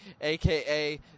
aka